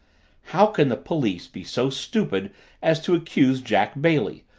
how can the police be so stupid as to accuse jack bailey,